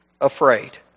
afraid